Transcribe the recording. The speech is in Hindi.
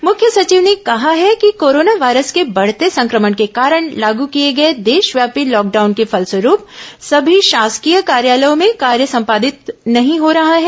मुख्य सचिव ने कहा है कि कोरोना वायरस के बढ़ते संक्रमण के कारण लागू किए गए देशव्यापी लॉकडाउन के फलस्वरूप सभी शासकीय कार्यालयों में कार्य संपादित नहीं हो रहा है